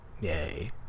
Yay